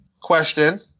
Question